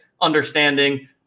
understanding